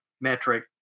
metric